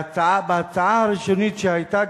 בהצעה הראשונית שהיתה,